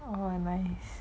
what am I